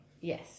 Yes